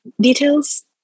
details